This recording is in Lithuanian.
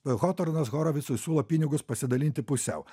hotornas horovicui siūlo pinigus pasidalinti pusiau